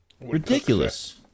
Ridiculous